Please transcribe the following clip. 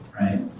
Right